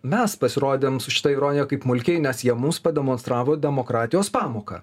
mes pasirodėm su šita ironija kaip mulkiai nes jie mums pademonstravo demokratijos pamoką